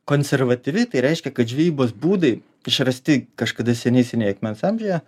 konservatyvi tai reiškia kad žvejybos būdai išrasti kažkada seniai seniai akmens amžiuje